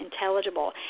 intelligible